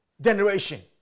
generation